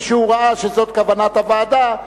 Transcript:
משראה שזאת כוונת הוועדה,